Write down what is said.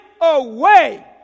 away